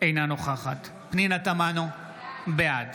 אינה נוכחת פנינה תמנו, בעד